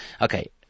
okay